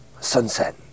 Sunset